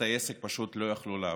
בתי עסק פשוט לא יכלו לעבוד.